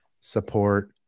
support